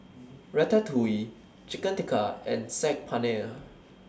Ratatouille Chicken Tikka and Saag Paneer